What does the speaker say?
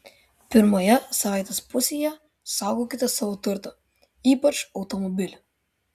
pirmoje savaitės pusėje saugokite savo turtą ypač automobilį